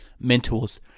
Mentors